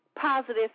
positive